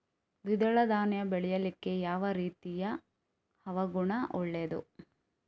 ದ್ವಿದಳ ಧಾನ್ಯ ಬೆಳೀಲಿಕ್ಕೆ ಯಾವ ರೀತಿಯ ಹವಾಗುಣ ಒಳ್ಳೆದು?